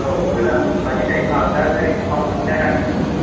औ गोदान बायदि जाहैबाय आं दा ओरै टाउनाव जायगानिब्लाबो